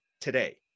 today